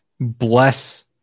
Bless